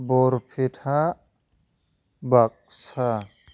Barpeta Baksa